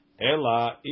Ela